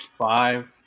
five